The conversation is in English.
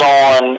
on